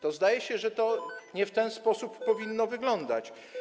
To, zdaje się, nie w ten sposób powinno wyglądać.